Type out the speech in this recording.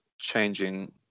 changing